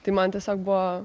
tai man tiesiog buvo